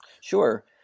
Sure